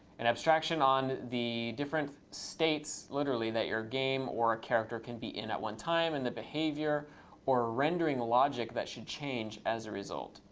an abstraction on the different states literally that your game or a character can be in at one time, and the behavior or rendering logic that should change as a result.